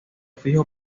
fijo